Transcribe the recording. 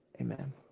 Amen